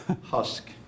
husk